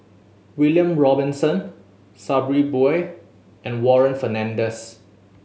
William Robinson Sabri Buang and Warren Fernandez